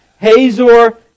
Hazor